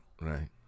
right